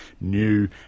new